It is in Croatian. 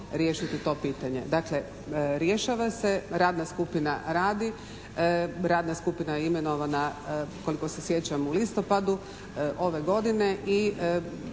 riješiti to pitanje. Dakle, rješava se, radna skupina radi, radna skupina je imenovana koliko se sjećam u listopadu ove godine i